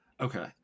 Okay